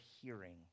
hearing